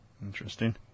Interesting